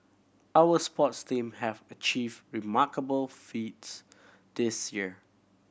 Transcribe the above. our sports team have achieved remarkable feats this year